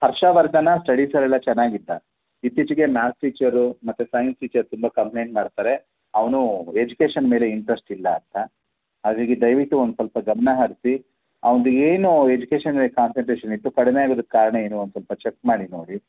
ಹರ್ಷವರ್ಧನ ಸ್ಟಡೀಸಲೆಲ್ಲ ಚೆನ್ನಾಗಿದ್ದ ಇತ್ತೀಚಿಗೆ ಮಾಥ್ಸ್ ಟೀಚರು ಮತ್ತು ಸೈನ್ಸ್ ಟೀಚರ್ ತುಂಬ ಕಂಪ್ಲೇಂಟ್ ಮಾಡ್ತಾರೆ ಅವನು ಎಜುಕೇಶನ್ ಮೇಲೆ ಇಂಟ್ರೆಸ್ಟ್ ಇಲ್ಲ ಅಂತ ಹಾಗಾಗಿ ದಯವಿಟ್ಟು ಒಂದು ಸ್ವಲ್ಪ ಗಮನ ಹರಿಸಿ ಅವ್ನಿಗೇನು ಎಜುಕೇಶನ್ ಮೇಲೆ ಕಾನ್ಸನ್ಟ್ರೇಶನ್ ಇತ್ತು ಕಡಿಮೆ ಆಗೋದಕ್ಕೆ ಕಾರಣ ಏನು ಅಂತ ಒಂದು ಸ್ವಲ್ಪ ಚೆಕ್ ಮಾಡಿ ನೋಡಿ